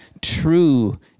true